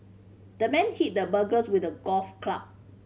the man hit the burglars with the golf club